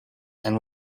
and